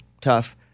Tough